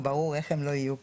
ברור, איך הם לא יהיו פה?